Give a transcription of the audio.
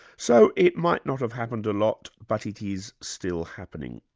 so, it might not have happened a lot but it is still happening.